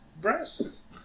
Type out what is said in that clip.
breasts